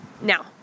now